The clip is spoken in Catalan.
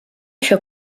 això